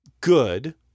good